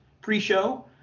pre-show